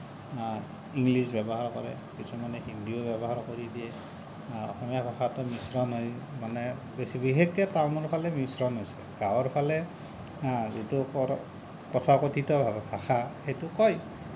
English ব্যৱহাৰ কৰে কিছুমানে হিন্দীও ব্যৱহাৰ কৰি দিয়ে অসমীয়া ভাষাটো মিশ্ৰণ হয় মানে বেছি বিশেষকৈ টাউনৰ ফালে মিশ্ৰণ হৈছে গাঁৱৰ ফালে যিটো তথাকথিত ভাষা সেইটো কয়